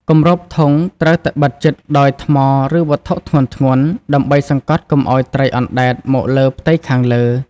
គម្របធុង ត្រូវតែបិទជិតដោយថ្ម ឬវត្ថុធ្ងន់ៗ ដើម្បីសង្កត់កុំឱ្យត្រីអណ្តែតមកលើផ្ទៃខាងលើ។